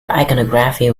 iconography